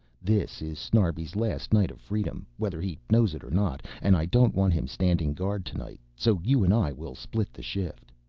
this is snarbi's last night of freedom whether he knows it or not, and i don't want him standing guard tonight, so you and i will split the shift.